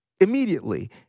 immediately